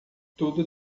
tudo